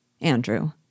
Andrew